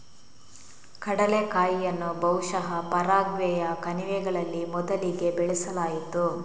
ಕಡಲೆಕಾಯಿಯನ್ನು ಬಹುಶಃ ಪರಾಗ್ವೆಯ ಕಣಿವೆಗಳಲ್ಲಿ ಮೊದಲಿಗೆ ಬೆಳೆಸಲಾಯಿತು